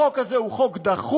החוק הזה הוא חוק דחוף,